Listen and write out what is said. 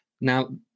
Now